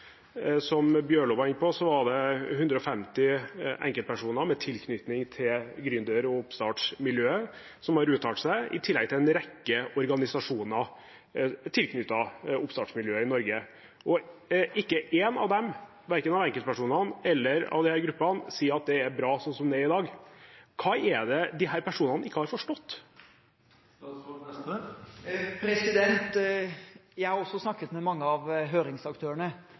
Som Bjørlo var inne på, har 150 enkeltpersoner med tilknytning til gründer- og oppstartmiljøet uttalt seg, i tillegg til en rekke organisasjoner tilknyttet oppstartmiljøet i Norge. Og ikke én av dem, verken av enkeltpersonene eller gruppene, sier det er bra slik det er i dag. Hva er det disse personene ikke har forstått? Jeg har også snakket med mange av høringsaktørene,